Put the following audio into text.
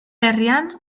herrian